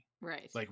Right